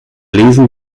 lesen